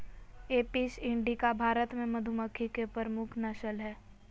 Apis indica Bharat मे मधुमक्खी के प्रमुख नस्ल हय